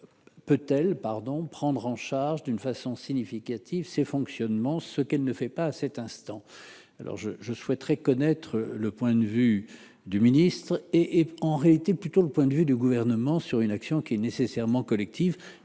peut-elle pardon, prendre en charge d'une façon significative ces fonctionnement ce qu'elle ne fait pas à cet instant, alors je je souhaiterais connaître le point de vue du ministre et et en réalité plutôt le point de vue du gouvernement sur une action qui est nécessairement collective,